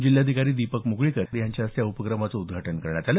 जिल्हाधिकारी दीपक मुगळीकर यांच्या हस्ते या उपक्रमाचं उद्धाटन करण्यात आलं